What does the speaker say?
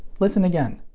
listen again.